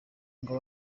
ngo